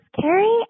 Carrie